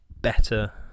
better